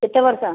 କେତେ ବର୍ଷ